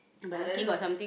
I dare you not